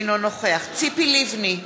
אינו נוכח ציפי לבני,